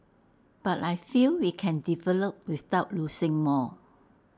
but I feel we can develop without losing more